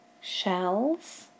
shells